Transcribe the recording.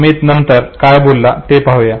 अमित नंतर काय बोलला ते पाहू